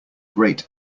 great